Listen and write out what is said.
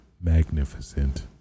magnificent